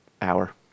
hour